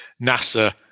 NASA